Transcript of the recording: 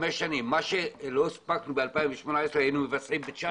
מה שלא הספקנו ב-2018 היינו מבצעים ב-2019.